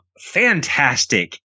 fantastic